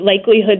likelihood